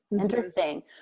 Interesting